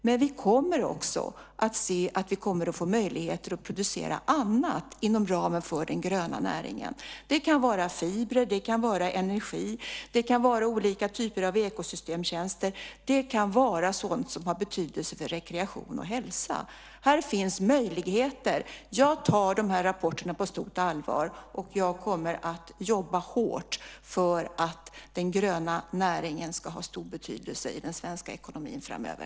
Men vi kommer också att få möjligheter att producera annat inom ramen för den gröna näringen. Det kan vara fibrer, energi, olika typer av ekosystemtjänster och sådant som har betydelse för rekreation och hälsa. Här finns möjligheter. Jag tar dessa rapporter på stort allvar, och jag kommer att jobba hårt för att den gröna näringen ska ha stor betydelse i den svenska ekonomin framöver.